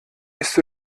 ist